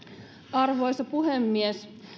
arvoisa puhemies